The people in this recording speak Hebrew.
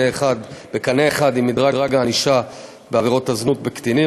אחד עם מדרג הענישה בעבירות הזנות בקטינים.